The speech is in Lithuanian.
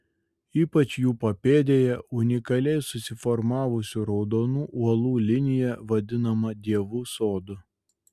ypač jų papėdėje unikaliai susiformavusių raudonų uolų linija vadinama dievų sodu